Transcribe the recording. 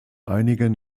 einigen